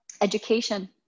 education